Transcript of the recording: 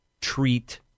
treat